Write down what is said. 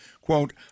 Quote